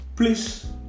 Please